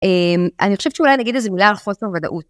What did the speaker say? אני חושבת שאולי נגיד איזה מילה על חוסר ודאות.